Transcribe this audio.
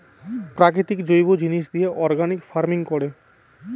প্রাকৃতিক জৈব জিনিস দিয়ে অর্গানিক ফার্মিং করে